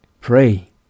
Pray